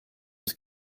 was